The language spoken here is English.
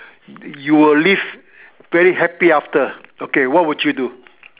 you will live very happy after okay what would you do